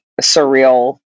surreal